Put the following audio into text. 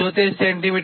75 semi